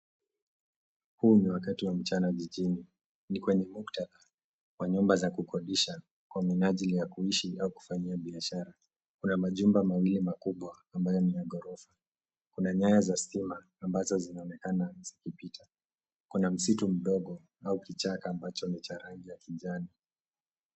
Huu ni wakati wa mchana jijini. Ni kwenye muktadha wa nyumba za kukodisha kwa minajili ya kuishi au kufanyia biashara. Kuna majumba mawili makubwa ambayo ni ya ghorofa. Kuna nyaya za stima ambazo zinaonekana zikipita. Kuna msitu mdogo au kichaka ambacho ni cha rangi ya kijani.